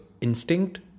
instinct